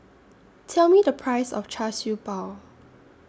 Tell Me The Price of Char Siew Bao